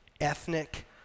ethnic